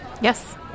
Yes